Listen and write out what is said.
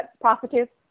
Prostitutes